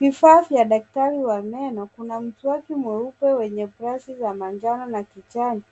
Vifaa vya daktari wa meno, kuna mswaki mweupe wenye brashi za manjano na kijani,